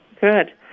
good